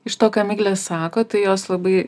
iš to ką miglė sako tai jos labai